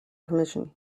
permission